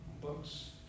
books